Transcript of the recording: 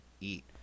eat